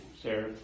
Sarah